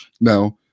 now